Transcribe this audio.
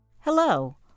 Hello